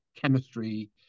chemistry